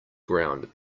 ground